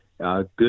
good